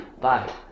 bye